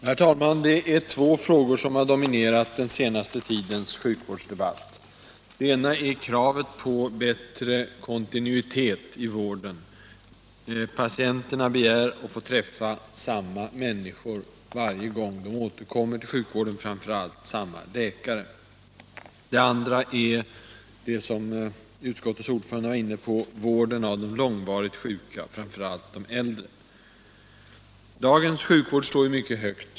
Herr talman! Två frågor har dominerat den senaste tidens sjukvårdsdebatt. Den ena är kravet på bättre kontinuitet i vården — patienterna begär att få träffa samma personal varje gång de återkommer till sjukvården, framför allt samma läkare. Den andra är den som utskottets ordförande var inne på, alltså vården av de långvarigt sjuka, framför allt de äldre. Dagens sjukvård i Sverige står mycket högt.